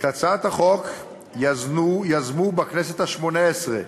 את הצעת החוק יזמו בכנסת השמונה-עשרה